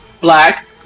black